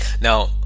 Now